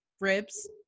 Ribs